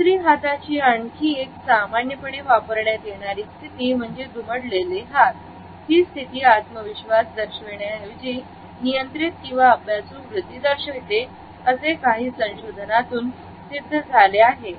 दुसरी हाताची आणखी एक सामान्य पणे वापरण्यात येणारे स्थिती म्हणजे दुमडलेले हात ही स्थिती आत्मविश्वास दर्शवि न्या ऐवजी नियंत्रित आणि अभ्यासूवृत्ती दर्शविते असे काही संशोधनातून सिद्ध झाले आहे